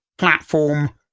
Platform